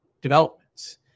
developments